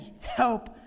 Help